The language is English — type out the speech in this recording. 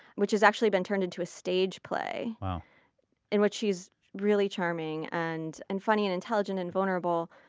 which has actually been turned into a stage play in which she's really charming, and and funny and intelligent and vulnerable,